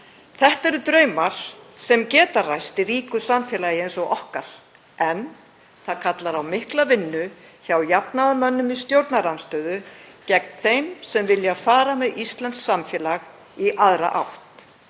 Þetta eru draumar sem geta ræst í ríku samfélagi eins og okkar, en það kallar á mikla vinnu hjá jafnaðarmönnum í stjórnarandstöðu gegn þeim sem vilja fara með íslenskt samfélag í aðra átt.